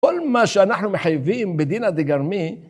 כל מה שאנחנו מחייבים בדינא דגרמי